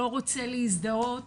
לא רוצה להזדהות,